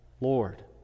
Lord